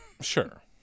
Sure